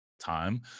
time